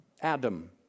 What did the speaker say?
Adam